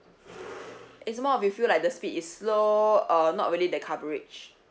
it's more of you feel like the speed is slow uh not really that coverage